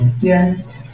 Yes